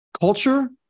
culture